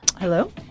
Hello